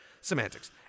semantics